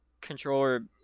controller